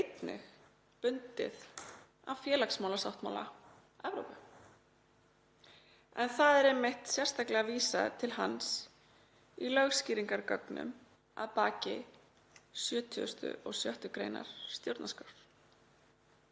einnig bundið af félagsmálasáttmála Evrópu, en það er einmitt sérstaklega vísað til hans í lögskýringargögnum að baki 76. gr. stjórnarskrár.